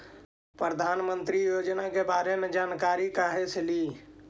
प्रधानमंत्री योजना के बारे मे जानकारी काहे से ली?